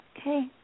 Okay